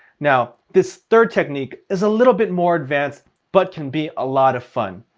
now this third technique is a little bit more advanced but can be a lot of fun.